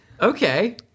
okay